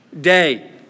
day